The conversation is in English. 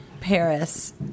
Paris